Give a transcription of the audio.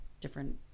different